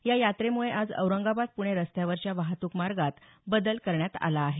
या यात्रेमुळे आज औरंगाबाद पुणे रस्त्यावरच्या वाहतूक मार्गात बदल करण्यात आला आहे